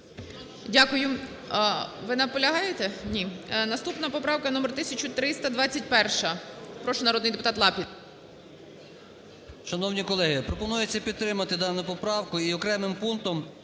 Дякую. Ви наполягаєте? Ні. Наступна поправка - номер 1321. Прошу, народний депутат Лапін.